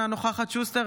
אינה נוכחת אלון שוסטר,